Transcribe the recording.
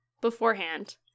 beforehand